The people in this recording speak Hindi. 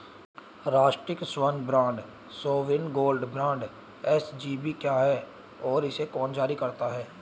राष्ट्रिक स्वर्ण bond sovereign gold bond SGB क्या है और इसे कौन जारी करता है?